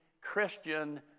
Christian